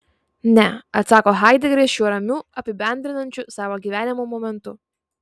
ne atsako haidegeris šiuo ramiu apibendrinančiu savo gyvenimo momentu